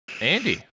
Andy